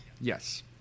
Yes